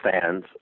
fans